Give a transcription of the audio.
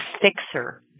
fixer